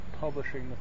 publishing